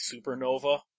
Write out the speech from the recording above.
Supernova